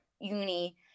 uni